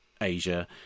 Asia